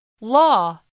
Law